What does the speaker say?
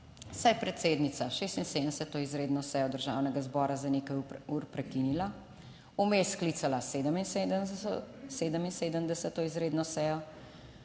je predsednica 76. izredno sejo državnega zbora za nekaj ur prekinila? Vmes sklicala 77. izredno sejo,